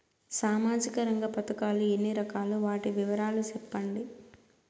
సామాజిక రంగ పథకాలు ఎన్ని రకాలు? వాటి వివరాలు సెప్పండి